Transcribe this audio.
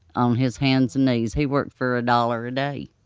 on his hands and knees, he worked for a dollar a day.